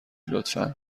لطفا